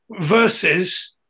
versus